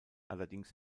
allerdings